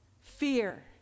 Fear